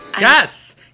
Yes